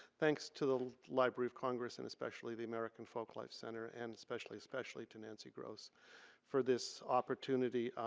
thanks to the library of congress and especially the american folklife center and especially, especially to nancy gross for this opportunity.